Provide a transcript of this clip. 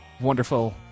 wonderful